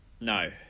No